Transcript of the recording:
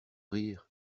rire